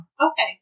Okay